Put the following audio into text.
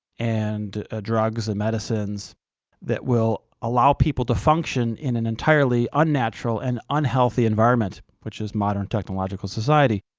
and ah drugs and medicines that will allow people to function in an entirely unnatural and unhealthy environment, which is modern technological society.